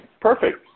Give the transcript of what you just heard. perfect